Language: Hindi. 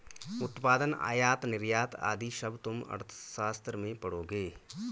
उत्पादन, आयात निर्यात आदि सब तुम अर्थशास्त्र में पढ़ोगे